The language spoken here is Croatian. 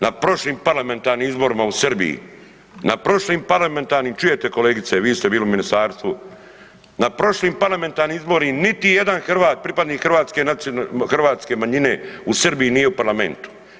Na prošlim parlamentarnim izborima u Srbiji, na prošlim parlamentarnim, čujete kolegice, vi ste bili u ministarstvu, na prošlim parlamentarnim izbori, niti jedan Hrvat, pripadnik hrvatske manjine nije u parlamentu.